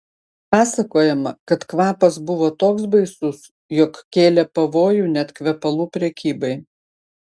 pasakojama kad kvapas buvo toks baisus jog kėlė pavojų net kvepalų prekybai